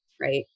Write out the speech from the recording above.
right